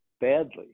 badly